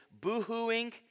boohooing